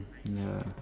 ya